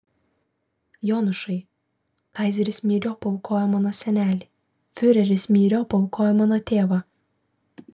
jonušai kaizeris myriop paaukojo mano senelį fiureris myriop paaukojo mano tėvą